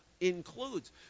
includes